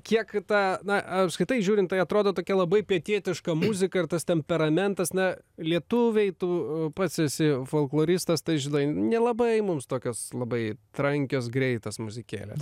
kiek ta na apskritai žiūrint tai atrodo tokia labai pietietiška muzika ir tas temperamentas na lietuviai tu pats esi folkloristas tai žinai nelabai mums tokios labai trankios greitos muzikėlės